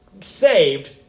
saved